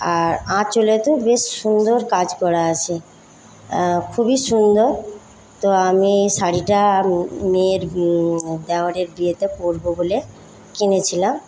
আর আঁচলে তো বেশ সুন্দর কাজ করা আছে খুবই সুন্দর তো আমি শাড়িটা মেয়ের দেওরের বিয়েতে পরবো বলে কিনেছিলাম